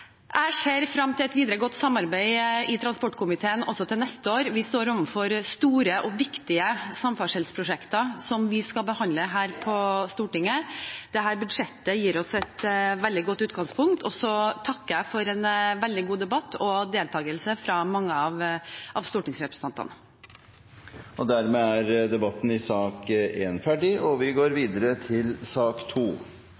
Jeg ser frem til et videre og godt samarbeid i transportkomiteen også til neste år. Vi står overfor store og viktige samferdselsprosjekter som vi skal behandle her på Stortinget. Dette budsjettet gir oss et veldig godt utgangspunkt, og så takker jeg for en veldig god debatt og deltakelse fra mange av stortingsrepresentantene. Flere har ikke bedt om ordet til sak nr. 1. Etter ønske fra transport- og